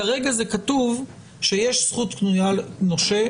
כרגע כתוב שיש זכות קנויה של נושה.